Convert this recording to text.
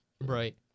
Right